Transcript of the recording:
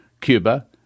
Cuba